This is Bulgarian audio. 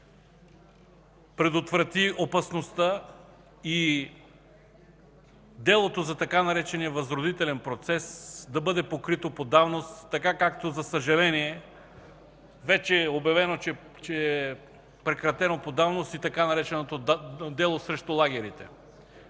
предотврати опасността делото за така наречения „възродителен процес” да бъде покрито по давност, както, за съжаление, вече е обявено, че е прекратено по давност и така нареченото „дело срещу лагерите”.